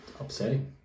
Upsetting